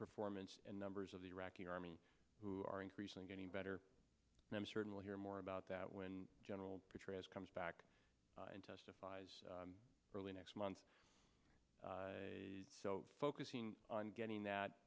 performance and numbers of the iraqi army who are increasingly getting better and i'm certainly hear more about that when general petraeus comes back and testifies early next month focusing on getting that